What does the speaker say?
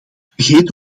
vergeet